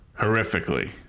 Horrifically